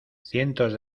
cientos